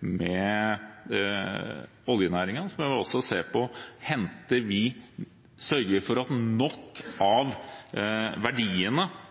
med oljenæringen, vi må se på om vi sørger for at nok